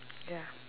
ya